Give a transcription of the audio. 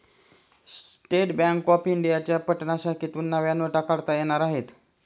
state bank of इंडियाच्या पटना शाखेतून नव्या नोटा काढता येणार आहेत